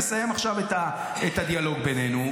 נסיים עכשיו את הדיאלוג בינינו,